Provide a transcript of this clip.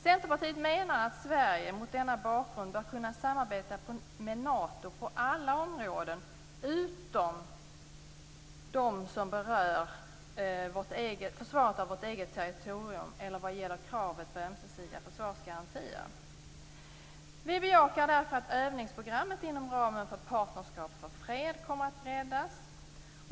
Centerpartiet menar att Sverige mot denna bakgrund bör kunna samarbeta med Nato på alla områden utom dem som rör försvaret av vårt eget territorium eller när det gäller kravet på ömsesidiga försvarsgarantier. Centerpartiet bejakar därför att övningsprogrammet inom ramen för Partnerskap för fred kommer att breddas.